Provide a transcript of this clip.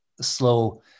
slow